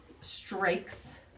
strikes